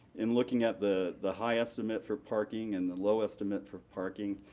in looking at the the high estimate for parking and the low estimate for parking,